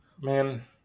man